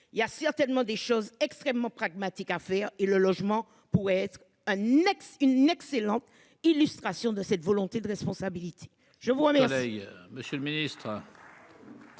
Il y a certainement des choses extrêmement pragmatique à faire et le logement pour être un ex-une excellente illustration de cette volonté de responsabilité. Je vois mes